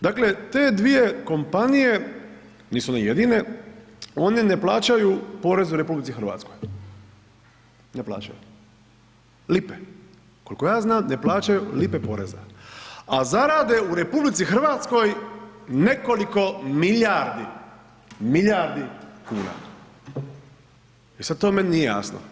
Dakle, te dvije kompanije, nisu one jedine, one ne plaćaju porez u RH, ne plaćaju, lipe, koliko ja znam ne plaćaju lipe poreza, a zarade u RH nekoliko milijardi, milijardi kuna i sad to meni nije jasno.